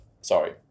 Sorry